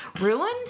Ruined